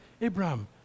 Abraham